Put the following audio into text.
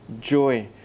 joy